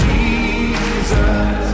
Jesus